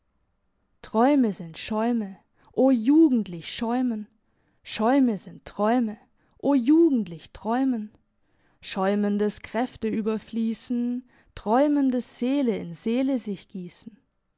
träume sind schäume o jugendlich schäumen schäume sind träume o jugendlich träumen schäumendes kräfteüberfliessen träumendes seele in seele sich giessen